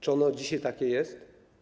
Czy ono dzisiaj takie jest?